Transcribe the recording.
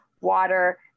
water